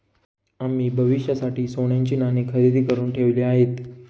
आम्ही भविष्यासाठी सोन्याची नाणी खरेदी करुन ठेवली आहेत